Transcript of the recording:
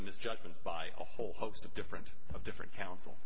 and misjudgments by a whole host of different of different counsel